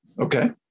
Okay